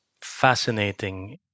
fascinating